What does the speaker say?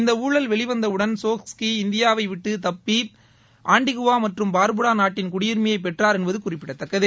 இந்த ஊழல் வெளிவந்தவுடன் சோக்ஸ்கி இந்தியாவை விட்டு தப்பி வந்து ஆன்டிகுவா மற்றும் பார்புடா நாட்டின் குடியுரிமையை பெற்றார் என்பது குறிப்பிடத்தக்கது